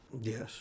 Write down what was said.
Yes